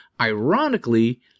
ironically